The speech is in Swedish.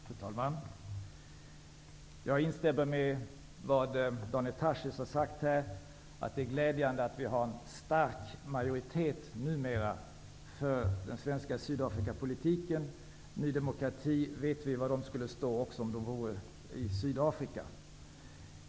Fru talman! Jag instämmer i vad Daniel Tarschys har sagt, nämligen att det är glädjande att vi numera har en stark majoritet i utskottet för den svenska Sydafrikapolitiken. Vi vet vilken ståndpunkt Ny demokrati intar och skulle inta även om partiet befann sig i Sydafrika.